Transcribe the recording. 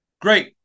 great